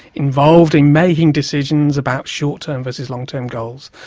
involved in making decisions about short-term versus long-term goals,